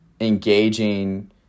engaging